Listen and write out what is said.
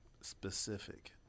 specific